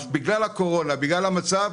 בגלל הקורונה ובגלל המצב,